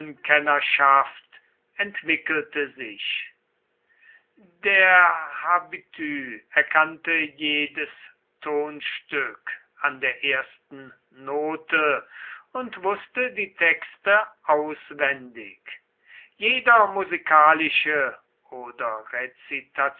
bühnenkennerschaft entwickelte sich der habitu erkannte jedes tonstück an der ersten note und wußte die texte auswendig jeder musikalische oder